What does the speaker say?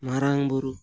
ᱢᱟᱨᱟᱝ ᱵᱩᱨᱩ